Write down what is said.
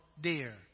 dear